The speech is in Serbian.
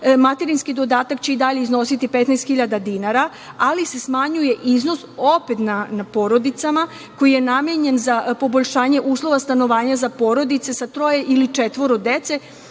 pogrešna. Materinski dodatak će i dalje iznositi 15.000 dinara, ali se smanjuje iznos opet na porodicama koji je namenjen za poboljšanje uslova stanovanja za porodice sa troje ili četvoro dece,